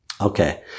Okay